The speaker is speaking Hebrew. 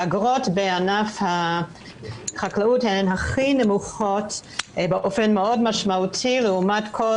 האגרות בענף החקלאות הן הכי נמוכות באופן מאוד משמעותי לעומת כל